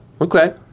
Okay